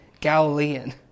Galilean